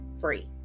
free